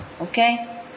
Okay